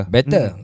Better